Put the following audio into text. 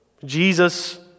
Jesus